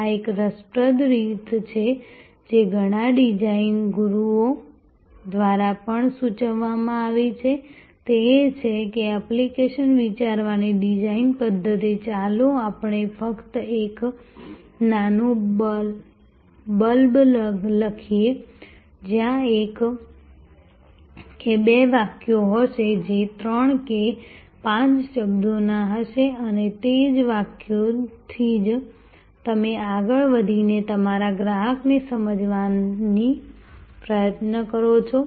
આ એક રસપ્રદ રીત છે જે ઘણા ડિઝાઇન ગુરુઓ દ્વારા પણ સૂચવવામાં આવી છે તે એ છે કે એપ્લિકેશન વિચારવાની ડિઝાઇન પદ્ધતિ ચાલો આપણે ફક્ત એક નાનું બ્લર્બ લખીએ જ્યાં એક કે બે વાક્યો હશે જે 3 કે 5 શબ્દો ના હશે અને તે જ વાક્યો થી જ તમે આગળ વધી ને તમારા ગ્રાહક ને સમજવાની પ્રયત્ન કરો છો